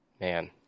Man